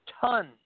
tons